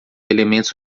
elementos